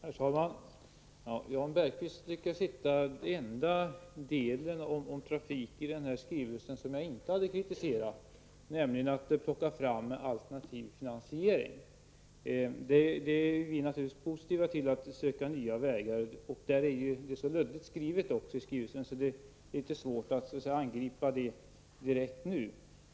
Herr talman! Jan Bergqvist lyckas hitta den enda del om trafik i skrivelsen som jag inte har kritiserat, nämligen frågan om att ta fram alternativ finansiering. Vi är naturligtvis positiva till att söka nya vägar. Det är litet luddigt formulerat i skrivelsen, så det är litet svårt att angripa det direkt nu.